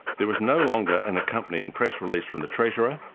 there was no longer an accompanying press release from the treasurer,